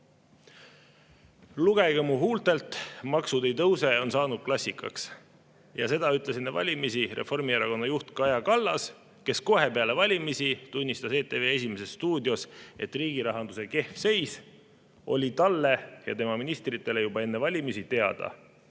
"Lugege mu huultelt, maksud ei tõuse" on saanud klassikaks ja seda ütles enne valimisi Reformierakonna juht Kaja Kallas, kes kohe peale valimisi tunnistas ETV "Esimeses stuudios", et riigi rahanduse kehv seis oli talle ja tema ministritele juba enne valimisi teada.